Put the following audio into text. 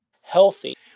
healthy